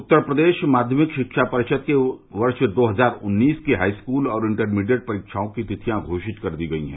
उत्तर प्रदेश माध्यमिक शिक्षा परिषद की वर्ष दो हजार उन्नीस की हाईस्कूल और इंटरमीडिएट परीवाओं की तिथियों की घोषणा कर दी गई है